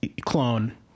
clone